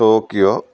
Tokyo